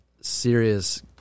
serious